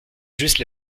juste